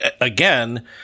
again